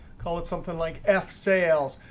call it something like f sales.